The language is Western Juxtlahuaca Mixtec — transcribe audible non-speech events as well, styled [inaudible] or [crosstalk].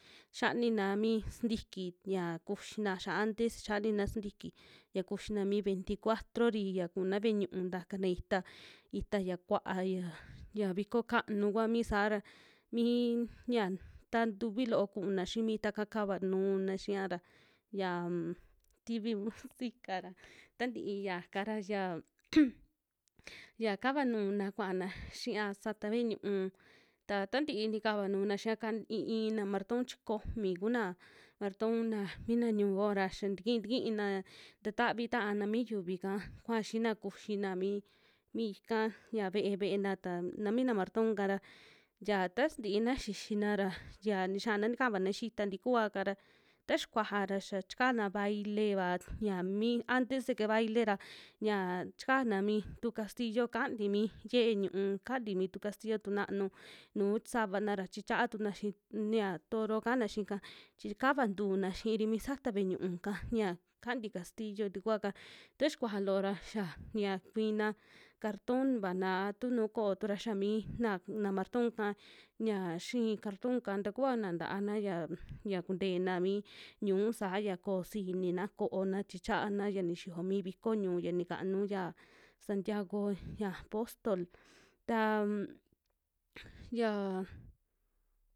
Xianina mi sintiki ya kuxina ya antes xianina sintiki ya kuxina mi veinticuatro'ri ya kuuna ve'e ñu'u takan itaa, itaa ya kua'a ya, ya viko kanu kua mi saa ra, miin ya ta tuvi loo kuna xii ita'ka kava nu'una xia ra yamm tivi [laughs] musica'ra tantii yaka ra ya [noise] yaka nuuna kuana xiiya saata ve'e ñu'ú, ta tantii nikava nuuna xiaka i'i, i'ina marton chi komi kuna marton na mina ñu'un yo'o ra xia tiki, tikina ta tavi taana mi yuvika kuaa xina kuxina mi miika ya ve'e. ve'ena ta mina martonka ra ya ta sintiina xixina ra yia nixiana nikavana xi'i itaa tukuaka ra, ta xikuaja ra ya chikana baile'va ña mii antes de que baile ra ñaa chikaana mi tu castillo kanti mi ye'e ñu'ú, kanti mitu castillo tu na'nu nu savana ra chichaa tuna xi yia toro kaana xika, chi kava ntuuna xiiri mi sata ve'e ñu'úka ya kanti castillo tikua'ka, ta xikuaja loo ra xia ñia kuina carton'va naa a tu nu ko'otu ra xia mii na martonka ñia xi'i cartun'ka takuvana ntaana yia ya kuenteena mi ñu'u saa ya koo siji inina ko'ona chichaana ya nixiyo mi viko ñu'u ya nikanu ya santiago ya postol tam yaa. [hesitation]